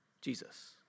Jesus